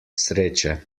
sreče